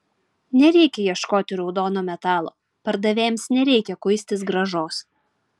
nereikia ieškoti raudono metalo pardavėjams nereikia kuistis grąžos